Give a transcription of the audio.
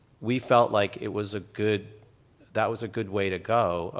we felt like it was a good that was a good way to go.